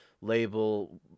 label